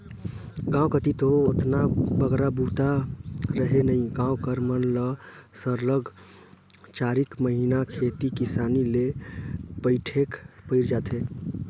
गाँव कती दो ओतना बगरा बूता रहें नई गाँव कर मन ल सरलग चारिक महिना खेती किसानी ले पइठेक पइर जाथे